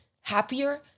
happier